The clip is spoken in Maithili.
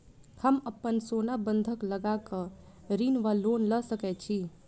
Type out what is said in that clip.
हम अप्पन सोना बंधक लगा कऽ ऋण वा लोन लऽ सकै छी?